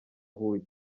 huye